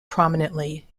prominently